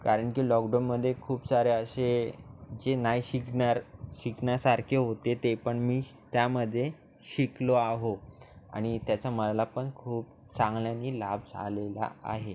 कारण की लॉकडाऊनमध्ये खूप साऱ्या असे जे नाय शिकणार शिकण्यासारखे होते ते पण मी त्यामध्ये शिकलो आहो आणि त्याचा मला पण खूप चांगल्याने लाभ झालेला आहे